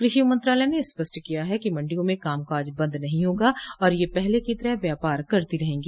क्रषि मंत्रालय ने स्पष्ट किया है कि मंडियों में कामकाज बंद नहीं होगा और ये पहले की तरह व्या पार करती रहेंगी